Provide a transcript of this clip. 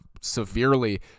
severely